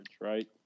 right